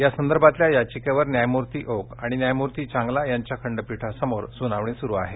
या संदर्भातल्या याचिकेवर न्यायमूर्ती ओक आणि न्यायमूर्ती चांगला यांच्या खंडपीठासमोर सुनावणी सुरू आहे